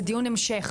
זה דיון המשך,